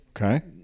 okay